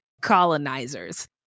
colonizers